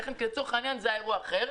כן כי לצורך העניין זה היה אירוע אחר,